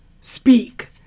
speak